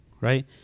right